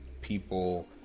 people